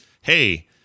hey